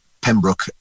Pembroke